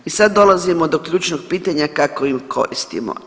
I sad dolazimo do ključnog pitanja kako ih koristimo.